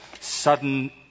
sudden